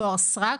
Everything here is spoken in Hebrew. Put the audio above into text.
תואר סרק,